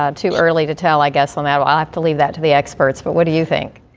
ah too early to tell, i guess, on that. ah i have to leave that to the experts. but what do you think?